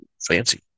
fancy